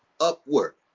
upward